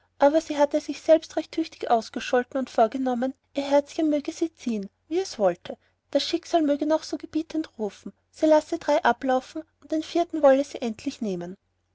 aber sie hatte sich selbst recht tüchtig ausgescholten und vorgenommen ihr herzchen möge sie ziehen wie es wolle das schicksal möge noch so gebietend rufen sie lasse drei ablaufen und den vierten wolle sie endlich nehmen